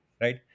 right